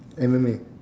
M_M_A